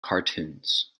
cartoons